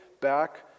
back